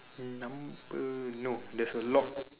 number no there's a lock